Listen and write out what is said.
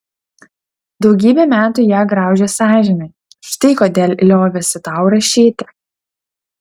daugybę metų ją graužė sąžinė štai kodėl liovėsi tau rašyti